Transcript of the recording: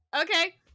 okay